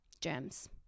germs